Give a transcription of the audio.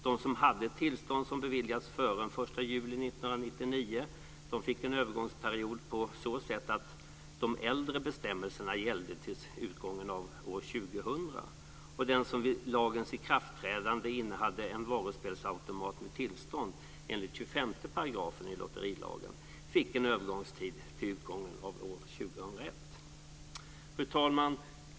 De som hade tillstånd som beviljats före den 1 juli 1999 fick en övergångsperiod på så sätt att de äldre bestämmelserna gällde till utgången av år 2000, och den som vid lagens ikraftträdande innehade en varuspelsautomat med tillstånd enligt 25 § i lotterilagen fick en övergångstid till utgången av år 2001. Fru talman!